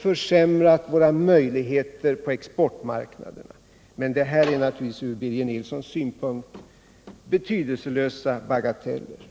försämrat våra möjligheter på exportmarknaderna. Men det är naturligtvis från Birger Nilssons synpunkt betydelselösa bagateller.